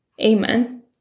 Amen